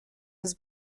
his